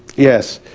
yes.